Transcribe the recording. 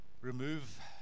remove